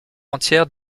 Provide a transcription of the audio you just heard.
entière